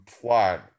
plot